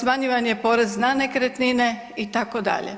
smanjivan je porez na nekretnine itd.